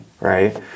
right